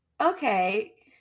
okay